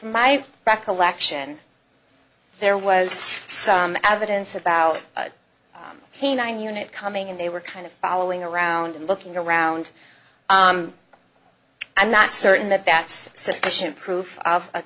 my recollection there was some evidence about canine unit coming in they were kind of following around and looking around i'm not certain that that's sufficient proof of